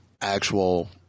actual